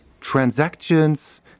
transactions